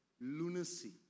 lunacy